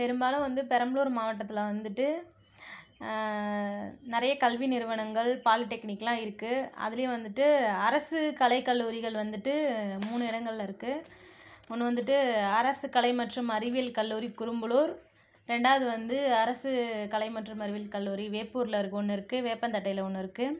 பெரும்பாலும் வந்து பெரம்பலூர் மாவட்டத்தில் வந்துட்டு நிறைய கல்வி நிறுவனங்கள் பாலிடெக்னிக்லாம் இருக்கு அதுலேயும் வந்துட்டு அரசு கலை கல்லூரிகள் வந்துட்டு மூணு இடங்கள்ல இருக்குது ஒன்று வந்துட்டு அரசு கலை மற்றும் அறிவியல் கல்லூரி குரும்புலூர் ரெண்டாவது வந்து அரசு கலை மற்றும் அறிவியல் கல்லூரி வேப்பூரில் ஒன்று இருக்குது வேப்பந்தட்டையில ஒன்று இருக்குது